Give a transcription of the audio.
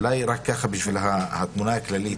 אולי רק בשביל התמונה הכללית,